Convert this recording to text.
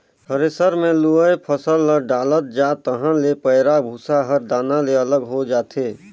thresher मे लुवय फसल ल डालत जा तहाँ ले पैराःभूसा हर दाना ले अलग हो जाथे